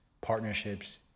partnerships